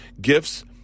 gifts